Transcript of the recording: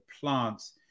plants